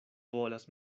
volas